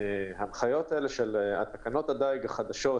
תקנות הדייג החדשות,